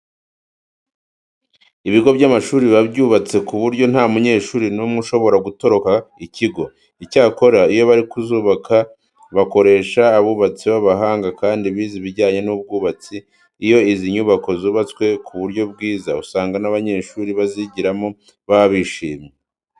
Ibigo by'amashuri biba byubatse ku buryo nta munyeshuri n'umwe ushobora gutoroka ikigo. Icyakora iyo bari kuzubaka bakoresha abubatsi b'abahanga kandi bize ibijyanye n'ubwubatsi. Iyo izi nyubako zubatswe ku buryo bwiza, usanga n'abanyeshuri bazigiramo baba babyishimiye.